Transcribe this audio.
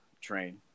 train